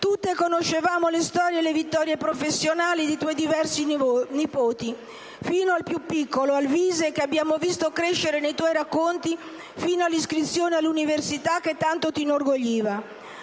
Tutte conoscevamo le storie e le vittorie professionali dei tuoi diversi nipoti, fino al più piccolo, Alvise, che abbiamo visto crescere nei tuoi racconti, fino all'iscrizione all'università che tanto ti inorgogliva.